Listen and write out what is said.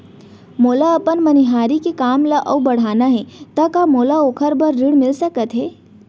मोला अपन मनिहारी के काम ला अऊ बढ़ाना हे त का मोला ओखर बर ऋण मिलिस सकत हे?